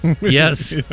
Yes